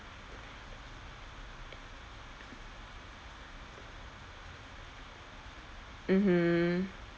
mmhmm